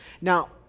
Now